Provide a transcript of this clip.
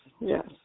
yes